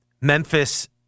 Memphis